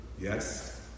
Yes